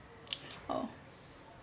oh